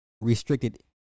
restricted